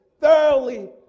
Thoroughly